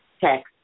text